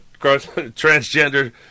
Transgender